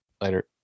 Later